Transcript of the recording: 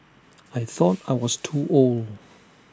I thought I was too old